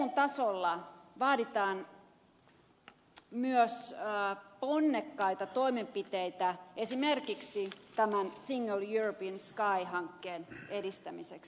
eun tasolla vaaditaan myös ponnekkaita toimenpiteitä esimerkiksi tämän single european sky hankkeen edistämiseksi